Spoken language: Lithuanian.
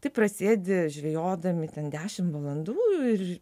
taip prasėdi žvejodami ten dešimt valandų ir